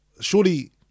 surely